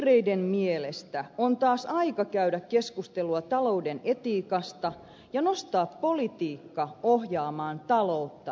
vihreiden mielestä on taas aika käydä keskustelua talouden etiikasta ja nostaa politiikka ohjaamaan taloutta vahvasti